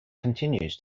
continues